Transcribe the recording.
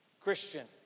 Christian